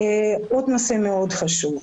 עוד נושא מאוד חשוב.